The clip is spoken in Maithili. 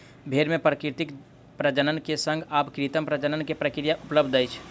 भेड़ मे प्राकृतिक प्रजनन के संग आब कृत्रिम प्रजनन के प्रक्रिया उपलब्ध अछि